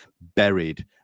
buried